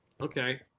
Okay